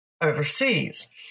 overseas